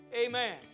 amen